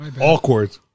awkward